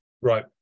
right